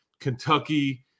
Kentucky